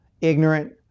ignorant